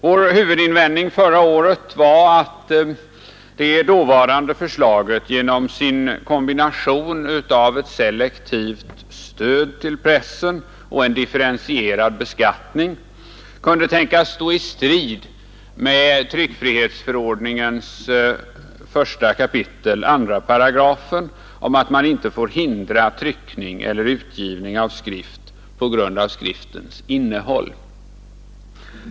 Vår huvudinvändning förra året var att det dåvarande förslaget genom sin kombination av ett selektivt stöd till pressen och en diffierentierad beskattning kunde tänkas stå i strid med tryckfrihetsförordningens 1 kap. 2§ om att man inte får hindra tryckning eller utgivning av skrift på grund av skriftens innehåll.